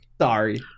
Sorry